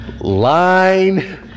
Line